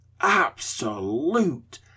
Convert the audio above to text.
absolute